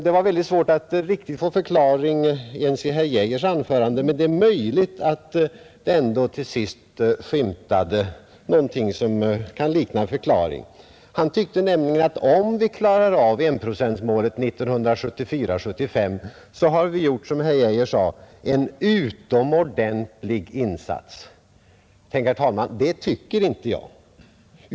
Det var svårt att ens av herr Geijers anförande få en förklaring, men kanske skymtade till sist något som kunde likna detta. Om vi klarade av enprocentsmålet till 1974/75 hade vi, som herr Geijer sade, gjort en utomordentlig insats. Herr talman! Det tycker inte jag!